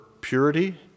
purity